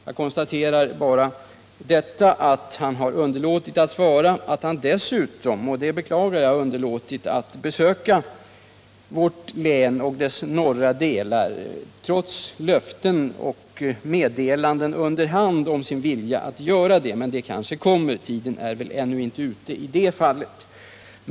Nu konstaterar jag bara att han har underlåtit att svara och att han dessutom — det beklagar jag — underlåtit att besöka vårt län och dess norra delar trots löften och meddelanden under hand om sin vilja att göra det. Men det kanske kommer; tiden är väl ännu inte ute i det fallet.